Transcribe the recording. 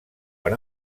per